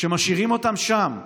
ומשאירים אותם שם.